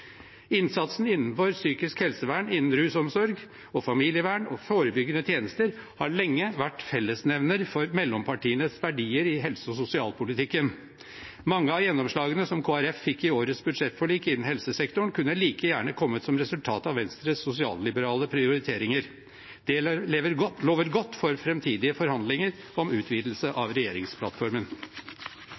Innsatsen innenfor psykisk helsevern, rusomsorg, familievern og forebyggende tjenester har lenge vært fellesnevner for mellompartienes verdier i helse- og sosialpolitikken. Mange av gjennomslagene som Kristelig Folkeparti fikk i årets budsjettforlik innen helsesektoren, kunne like gjerne kommet som resultat av Venstres sosialliberale prioriteringer. Det lover godt for framtidige forhandlinger om utvidelse av regjeringsplattformen.